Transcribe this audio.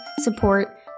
support